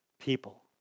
people